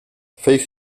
veeg